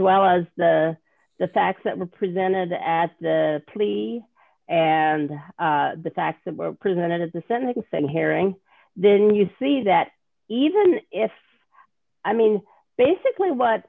well as the the facts that were presented as the plea and the facts that were presented at the sentencing hearing then you see that even if i mean basically what